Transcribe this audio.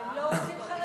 הם לא רוצים חלשים.